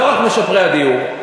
לא רק משפרי הדיור,